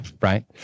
Right